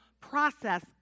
process